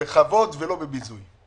בכבוד ולא בביזוי.